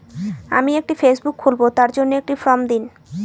আমি একটি ফেসবুক খুলব তার জন্য একটি ফ্রম দিন?